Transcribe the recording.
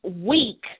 week